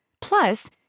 Plus